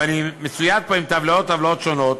ואני מצויד פה בטבלאות, טבלאות שונות.